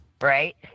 right